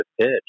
pitch